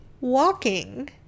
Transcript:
walking